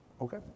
Okay